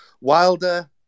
Wilder